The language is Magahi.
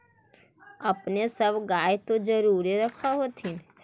अपने सब गाय तो जरुरे रख होत्थिन?